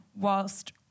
whilst